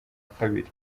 kabiri